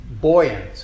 buoyant